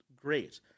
great